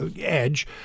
edge